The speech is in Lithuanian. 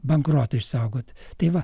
bankroto išsaugot tai va